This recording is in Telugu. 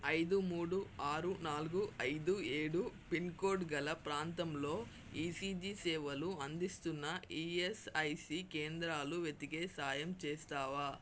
ఐదు మూడు ఆరు నాలుగు ఐదు ఏడు పిన్కోడ్ గల ప్రాంతంలో ఈసీజీ సేవలు అందిస్తున్న ఈఎస్ఐసి కేంద్రాలు వెతికే సాయం చేస్తావా